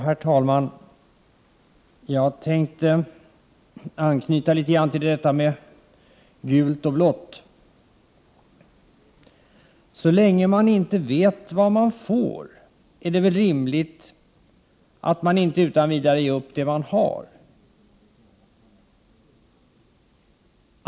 Herr talman! Jag tänkte anknyta litet grand till gult och blått. Så länge man inte vet vad man får är det väl rimligt att man inte utan vidare ger upp det som man har.